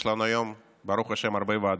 יש לנו היום, ברוך השם, הרבה ועדות.